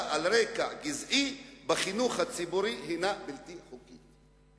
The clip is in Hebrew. על רקע גזעי בחינוך הציבורי הינה בלתי חוקית.